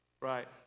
Right